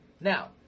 Now